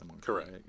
Correct